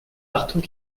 partout